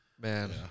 Man